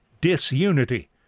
disunity